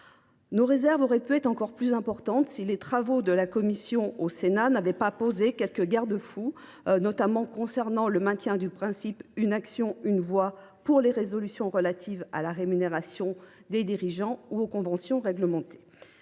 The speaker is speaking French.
Nos réserves auraient pu être plus fortes encore si les travaux accomplis en commission au Sénat n’avaient posé quelques garde fous – je pense notamment au maintien du principe « une action, une voix » pour les résolutions relatives à la rémunération des dirigeants et aux conventions réglementées.